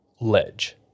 ledge